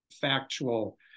factual